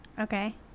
Okay